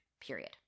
period